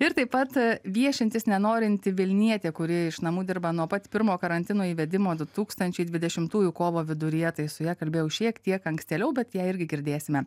ir taip pat viešintis nenorinti vilnietė kuri iš namų dirba nuo pat pirmo karantino įvedimo du tūkstančiai dvidešimtųjų kovo viduryje tai su ja kalbėjau šiek tiek ankstėliau bet ją irgi girdėsime